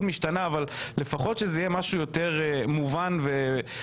משתנה אבל לפחות שזה יהיה משהו יותר מובן ומוסדר,